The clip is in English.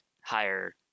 higher